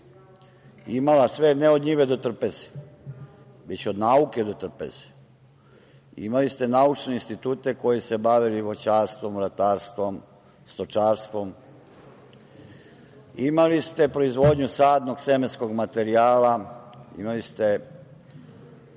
imala sve, ne od njive do trpeze, već od nauke do trpeze. Imali ste naučne institute koji su se bavili voćarstvom, ratarstvom, stočarstvom, imali ste proizvodnju sadnog semenskog materijala, imali ste